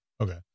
Okay